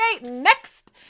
next